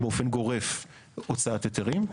באופן גורף הוצאת היתרים.